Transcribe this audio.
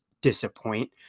disappoint